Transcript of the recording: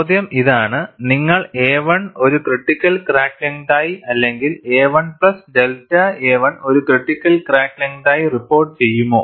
ചോദ്യം ഇതാണ് നിങ്ങൾ a1 ഒരു ക്രിട്ടിക്കൽ ക്രാക്ക് ലെങ്തായി അല്ലെങ്കിൽ a1 പ്ലസ് ഡെൽറ്റ a1 ഒരു ക്രിട്ടിക്കൽ ക്രാക്ക് ലെങ്തായി റിപ്പോർട്ടു ചെയ്യുമോ